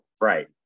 right